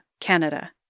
Canada